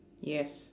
yes